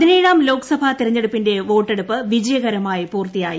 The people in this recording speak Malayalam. പതിനേഴാം ലോക്സഭാ തിരഞ്ഞെടുപ്പിന്റെ വോട്ടെടുപ്പ് വിജയകരമായി പൂർത്തിയായി